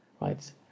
right